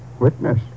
Witness